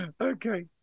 Okay